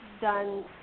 done